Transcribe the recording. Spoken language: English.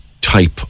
type